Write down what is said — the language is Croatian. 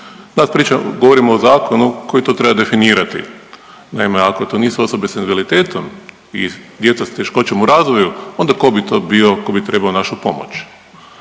Danas govorimo o zakonu koji to treba definirati. Naime, ako to nisu osobe s invaliditetom i djeca s teškoćama u razvoju onda tko bi to bio tko bi trebao našu pomoć.